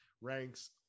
ranks